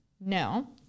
No